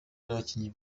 nabakinnyi